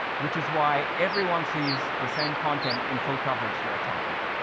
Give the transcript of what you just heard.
which is why everyone sees the same content in full coverage for a topic.